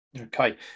Okay